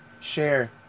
share